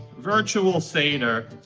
virtual seder.